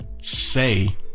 say